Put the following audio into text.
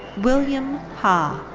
william ha.